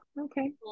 Okay